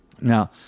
Now